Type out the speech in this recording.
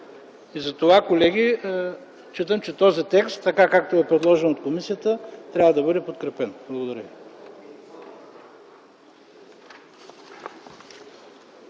Затова, колеги, считам, че този текст, така както е предложен от комисията, трябва да бъде подкрепен. Благодаря